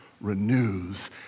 renews